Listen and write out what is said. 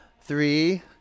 Three